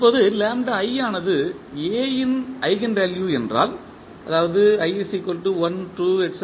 இப்போது ஆனது A இன் ஈஜென்வெல்யூ என்றால் அதாவது i 1 2 n